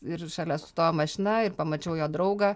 ir šalia sustojo mašina ir pamačiau jo draugą